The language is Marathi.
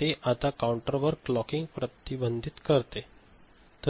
ते आता काउंटरवर क्लॉकिंग प्रतिबंधित करते